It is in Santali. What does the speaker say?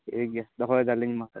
ᱴᱷᱤᱠ ᱜᱮᱭᱟ ᱫᱚᱦᱚᱭᱮᱫᱟᱞᱤᱧ ᱢᱟ